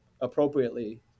appropriately